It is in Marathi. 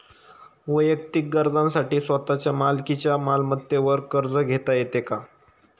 वैयक्तिक गरजांसाठी स्वतःच्या मालकीच्या मालमत्तेवर कर्ज घेता येतो का?